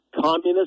communist